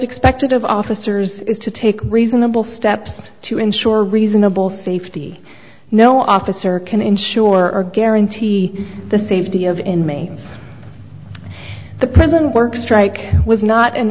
expected of officers is to take reasonable steps to ensure reasonable safety no officer can insure or guarantee the safety of in me the prison work strike was not an